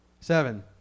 seven